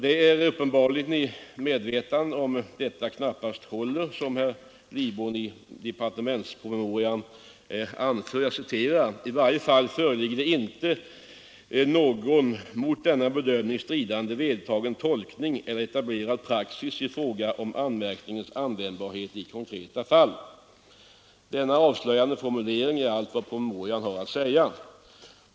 Det är uppenbarligen i medvetande om att detta knappast håller som herr Lidbom i departementspromemorian anför: ”I varje fall föreligger det inte någon mot denna bedömning stridande vedertagen tolkning eller etablerad praxis i fråga om anmärkningens användbarhet i konkreta fall.” Denna avslöjande formulering är allt promemorian har att säga.